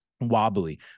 wobbly